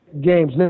Games